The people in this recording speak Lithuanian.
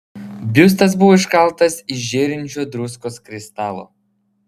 biustas buvo iškaltas iš žėrinčio druskos kristalo